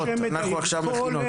אנחנו עכשיו במכינות.